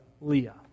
Leah